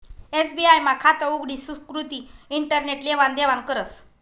SBI मा खातं उघडी सुकृती इंटरनेट लेवान देवानं करस